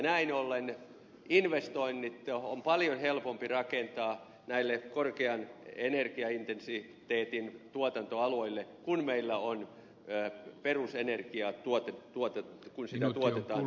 näin ollen investoinnit on paljon helpompi rakentaa näille korkean energiaintensiteetin tuotantoaloille kun meillä perusenergiaa tuotetaan ydinvoimalla